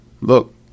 look